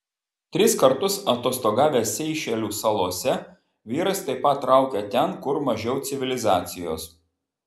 tris kartus atostogavęs seišelių salose vyras taip pat traukė ten kur mažiau civilizacijos